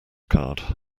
card